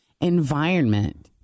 environment